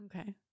Okay